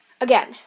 again